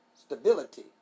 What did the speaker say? stability